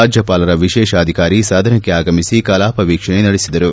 ರಾಜ್ಯಪಾಲರ ವಿಶೇಷಾಧಿಕಾರಿ ಸದನಕ್ಕೆ ಆಗಮಿಸಿ ಕಲಾಪ ವೀಕ್ಷಣೆ ನಡೆಸಿದರು